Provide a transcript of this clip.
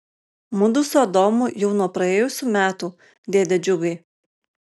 mudu su adomu jau nuo praėjusių metų dėde džiugai